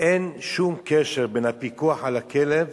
אין שום קשר בין הפיקוח על הכלב